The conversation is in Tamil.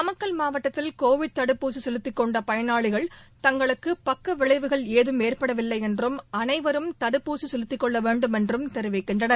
நாமக்கல் மாவட்டத்தில் கோவிட் தடுப்பூசி செலுத்திக் கொண்ட பயனாளிகள் தங்களுக்கு பக்க விளைவுகள் ஏதும் ஏற்படவில்லை என்றும் அனைவரும் தடுப்பூசி செலுத்திக்கொள்ள வேண்டும் என்றும் தெரவிக்கின்றனர்